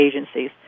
agencies